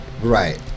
Right